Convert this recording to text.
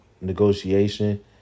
negotiation